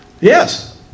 Yes